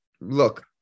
look